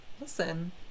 listen